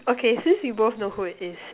okay since you both know who it is